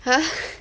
!huh!